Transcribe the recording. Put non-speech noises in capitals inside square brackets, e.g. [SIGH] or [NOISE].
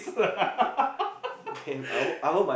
[LAUGHS]